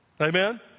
Amen